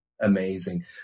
amazing